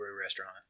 restaurant